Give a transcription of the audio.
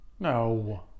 no